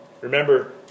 Remember